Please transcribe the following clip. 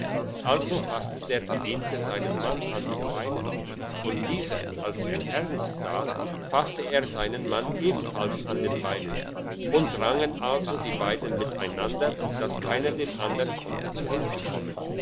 also fasste der bediente seinen mann an den beinen und dieser als er ernst sah fasste er seinen mann ebenfalls an den beinen und rangen also die beiden miteinander dass keiner dem andern konnte zu hilfe kommen